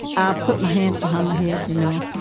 ah put my hand behind my head. you know,